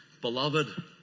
beloved